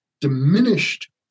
diminished